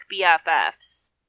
BFFs